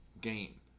game